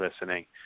listening